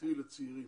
איכותי לצעירים.